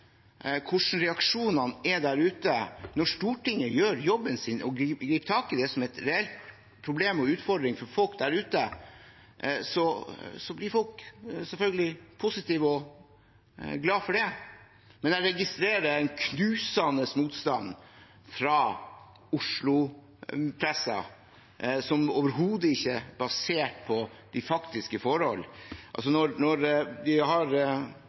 hvordan reaksjonene er der ute. Når Stortinget gjør jobben sin og griper tak i det som er et reelt problem og en utfordring for folk der ute, blir folk selvfølgelig positive og glade for det. Men jeg registrerer en knusende motstand fra Oslo-pressen, som overhodet ikke er basert på de faktiske forhold. Når Gunnar Stavrum fra Nettavisen hevder at enigheten mellom de fire partiene fører til at vi